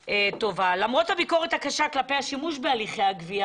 למרות הביקורת הקשה כלפי השימוש בהליכי הגבייה,